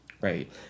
Right